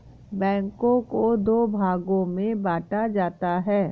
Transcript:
बैंकों को दो भागों मे बांटा जाता है